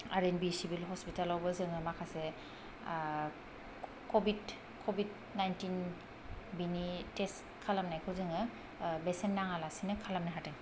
आर N B civil हस्पिटालावबो जोङो माखासे ओ क'बिड क'बिड नाइनटिन बेनि टेस्ट खालामनायखौ जोङो ओ बेसेन नाङा लासेनो खालामनो हादों